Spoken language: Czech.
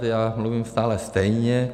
Já mluvím stále stejně.